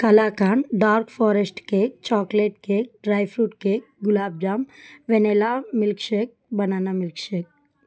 kalakand dark forest cake chocolate cake dry fruit cake gulab jamun vanilla milkshake banana milkshake